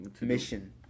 Mission